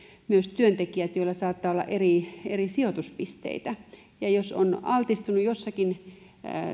myös työntekijät joilla saattaa olla eri eri sijoituspisteitä jos on altistunut jossakin